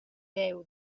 deu